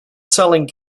selling